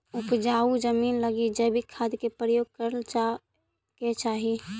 उपजाऊ जमींन लगी जैविक खाद के प्रयोग करल जाए के चाही